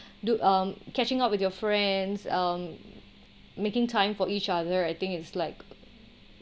dude um catching out with your friends um making time for each other I think it's like